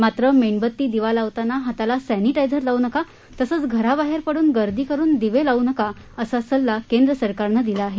मात्र मेणबत्ती दिवा लावताना हाताला सॅनिटायझर लावू नका तसंच घराबाहेर पड्रन गर्दी करुन दिवे लावू नका असा सल्ला केंद्र सरकारनं दिला आहे